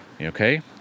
okay